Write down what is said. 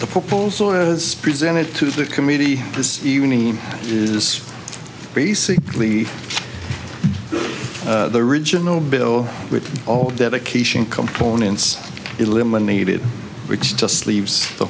was presented to the committee this evening is basically the original bill with all dedication components eliminated which just leaves the